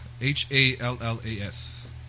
H-A-L-L-A-S